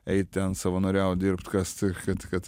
eit ten savanoriaut dirbt kast kad kad